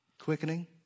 quickening